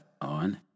on